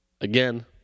Again